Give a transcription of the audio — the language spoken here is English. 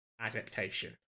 adaptation